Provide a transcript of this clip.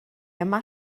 yma